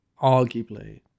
Arguably